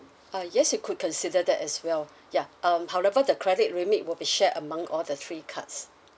ah yes you could consider that as well ya um however the credit limit will be shared among all the three cards